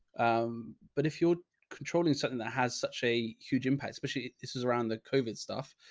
um, but if you're controlling something that has such a huge impact, especially this was around the covert stuff,